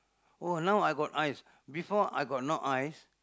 oh now I got eyes before I got no eyes